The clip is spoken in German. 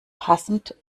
passend